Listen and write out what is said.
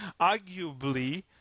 arguably